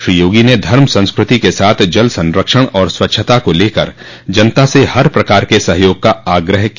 श्री योगी ने धर्म संस्कृति के साथ जल संरक्षण और स्वच्छता को लेकर जनता से हर प्रकार के सहयोग का आग्रह किया